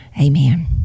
Amen